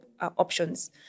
options